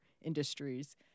industries